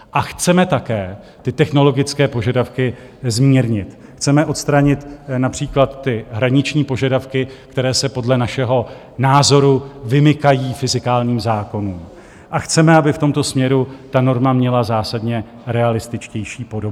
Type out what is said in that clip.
A chceme také technologické požadavky zmírnit, chceme odstranit například hraniční požadavky, které se podle našeho názoru vymykají fyzikálním zákonům, a chceme, aby v tomto směru ta norma měla zásadně realističtější podobu.